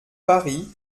paris